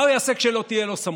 מה הוא יעשה כשלא תהיה לו סמכות?